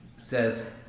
says